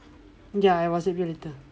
ya R I S A L